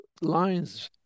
lines